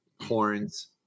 horns